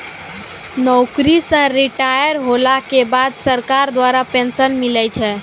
नौकरी से रिटायर होला के बाद सरकार द्वारा पेंशन मिलै छै